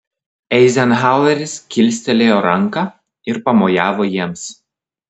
eizenhaueris kilstelėjo ranką ir pamojavo jiems